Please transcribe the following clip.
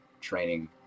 training